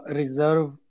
reserve